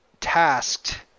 tasked